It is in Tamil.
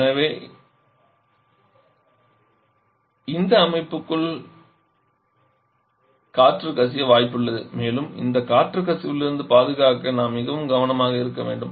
எனவே இந்த அமைப்புக்குள் காற்று கசிய வாய்ப்புள்ளது மேலும் இந்த காற்று கசிவிலிருந்து பாதுகாக்க நாம் மிகவும் கவனமாக இருக்க வேண்டும்